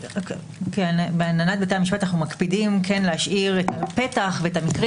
בהנהלת המשפט אנחנו מקפידים להשאיר פתח ואפילו